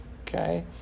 okay